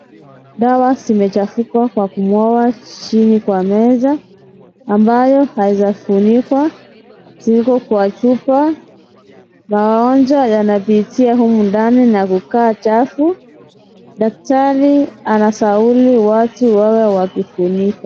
Dawa zimechafuka kwa kumwagwa chini kwa meza, ambayo haijafunikwa, ziko kwa chupa. Magonjwa yanapitia humu ndani na kukaa chafu. Daktari anashauri watu wawe wakifunika.